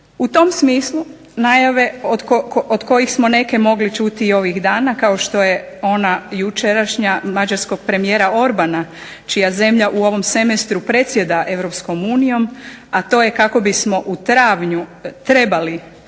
U tom smislu najave od kojih smo neke mogli čuti i ovih dana kao što je ona jučerašnja mađarskog premijera Orbana čija zemlja u ovom semestru predsjeda Europskom unijom, a to je kako bismo u travnju trebali